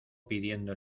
pidiendo